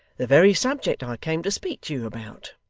the very subject i came to speak to you about.